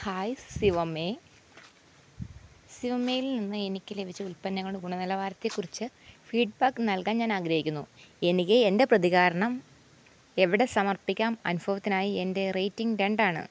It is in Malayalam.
ഹായ് സിവമ്മേ സിവമ്മേൽ നിന്ന് എനിക്ക് ലഭിച്ച ഉൽപ്പന്നങ്ങടെ ഗുണനിലവാരത്തേക്കുറിച്ച് ഫീഡ്ബാക്ക് നൽകാൻ ഞാൻ ആഗ്രഹിക്കുന്നു എനിക്ക് എന്റെ പ്രതികരണം എവിടെ സമർപ്പിക്കാം അനുഭവത്തിനായി എന്റെ റേറ്റിങ് രണ്ട് ആണ്